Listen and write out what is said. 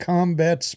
Combat